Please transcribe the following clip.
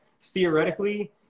Theoretically